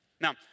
Now